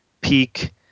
peak